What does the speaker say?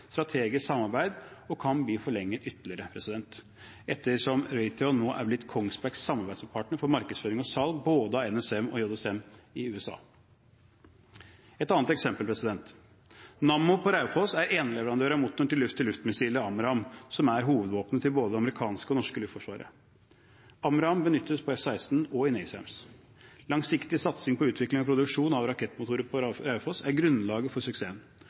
strategisk samarbeid og kan bli forlenget ytterligere, ettersom Raytheon nå har blitt Kongsbergs samarbeidspartner for markedsføring og salg av både NSM og JSM i USA. Et annet eksempel: Nammo på Raufoss er eneleverandør av motoren til luft-til-luft-missilet AMRAAM, hovedvåpenet til både det amerikanske og det norske luftforsvaret. AMRAAM benyttes på F-16 og i NASAMS. Langsiktig satsing på utvikling av produksjon av rakettmotorer på Raufoss er grunnlaget for suksessen.